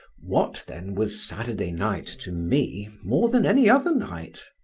what, then, was saturday night to me more than any other night?